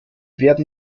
werden